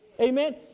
Amen